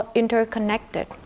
interconnected